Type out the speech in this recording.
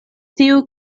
tiu